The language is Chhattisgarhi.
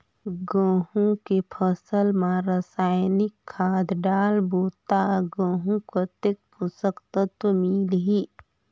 गंहू के फसल मा रसायनिक खाद डालबो ता गंहू कतेक पोषक तत्व मिलही?